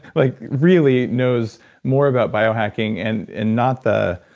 like really knows more about biohacking and and not the,